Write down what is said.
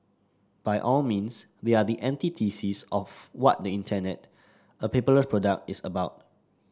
by all means they are the antithesis of what the Internet a paperless product is about